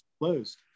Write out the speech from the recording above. closed